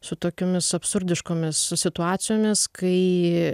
su tokiomis absurdiškomis situacijomis kai